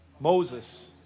Moses